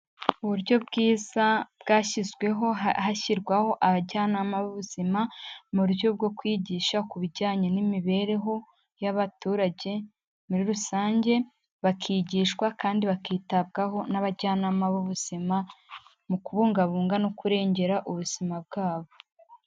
Uburyo bwiza bwashyizweho hashyirwaho abajyanama b'ubuzima, mu buryo bwo kwigisha ku bijyanye n'imibereho y'abaturage muri rusange, bakigishwa kandi bakitabwaho n'abajyanama b'ubuzima mu kubungabunga no kurengera ubuzima bwabo.